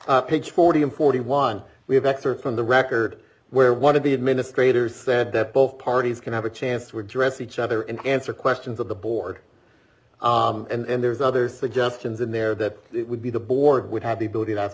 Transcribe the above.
you forty and forty one we have excerpts from the record where one of the administrators said that both parties can have a chance to address each other and answer questions of the board and there's other suggestions in there that would be the board would have the ability to ask